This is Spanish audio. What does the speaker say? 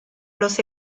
los